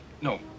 no